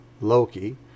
Loki